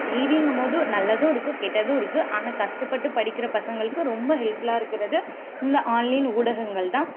டிவிங்கும்போது நல்லதும் இருக்குது கெட்டதும் இருக்குது ஆனால் கஸ்டப்பட்டு படிக்கிற பசங்களுக்கு ரொம்ப ஹெல்ப்ஃபுல்லாக இருக்கிறது இந்த ஆன்லைன் ஊடகங்கள்தான்